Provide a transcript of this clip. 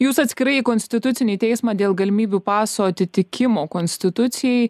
jūs atskirai į konstitucinį teismą dėl galimybių paso atitikimo konstitucijai